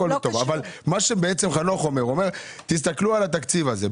אבל חנוך אומר, תסתכלו על התקציב הזה.